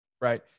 right